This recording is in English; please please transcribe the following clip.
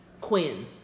Quinn